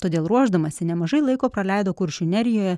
todėl ruošdamasi nemažai laiko praleido kuršių nerijoje